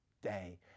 day